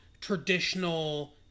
traditional